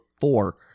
four